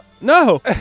No